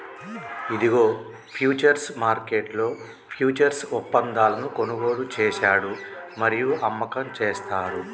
ఇదిగో ఫ్యూచర్స్ మార్కెట్లో ఫ్యూచర్స్ ఒప్పందాలను కొనుగోలు చేశాడు మరియు అమ్మకం చేస్తారు